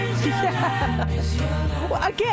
Again